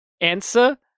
Answer